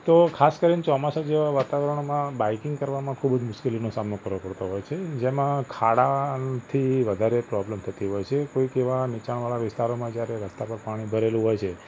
તો ખાસ કરીને ચોમાસા જેવા વાતાવરણમાં બાઈકિંગ કરવામાં ખૂબ જ મુશ્કેલીનો સામનો કરવો પડતો હોય છે જેમાં ખાડાથી વધારે પ્રોબ્લેમ થતી હોય છે કોઈક એવા નીચાણવવાળા વિસ્તારોમાં જયારે રસ્તા પર પાણી ભરેલું હોય છે